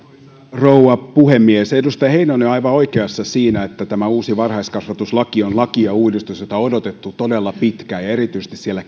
rouva puhemies edustaja heinonen on aivan oikeassa siinä että tämä uusi varhaiskasvatuslaki on laki ja uudistus jota on odotettu todella pitkään ja erityisesti siellä